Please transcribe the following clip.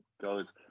goes